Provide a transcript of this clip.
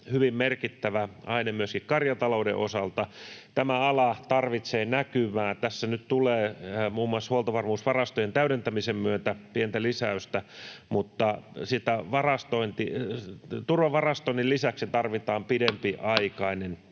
hyvin merkittävä aine myöskin karjatalouden osalta. Tämä ala tarvitsee näkymää. Tässä nyt tulee muun muassa huoltovarmuusvarastojen täydentämisen myötä pientä lisäystä, mutta turvavarastoinnin lisäksi tarvitaan pidempiaikainen